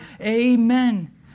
Amen